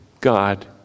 God